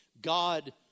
God